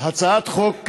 הצעת חוק,